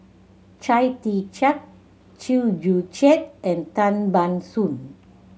Chia Tee Chiak Chew Joo Chiat and Tan Ban Soon